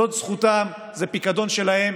זאת זכותם, זה פיקדון שלהם.